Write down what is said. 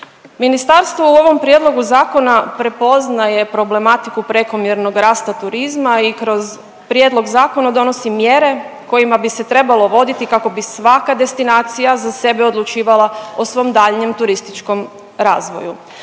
Ministarstvo u ovom prijedlogu zakona prepoznaje problematiku prekomjernog rasta turizma i kroz prijedlog zakona donosi mjere kojima bi se trebalo voditi kako bi svaka destinacija za sebe odlučivala o svom daljnjem turističkom razvoju.